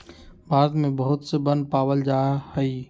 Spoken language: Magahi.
भारत में बहुत से वन पावल जा हई